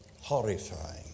horrifying